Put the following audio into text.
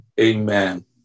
Amen